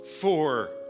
four